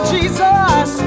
Jesus